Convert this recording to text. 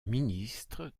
ministre